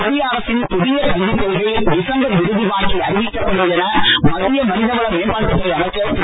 மத்திய அரசின் புதிய கல்விக் கொள்கை டிசம்பர் இறுதிவாக்கில் அறிவிக்கப்படும் என மத்திய மனிதவள மேம்பாட்டுத் துறை அமைச்சர் திரு